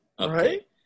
Right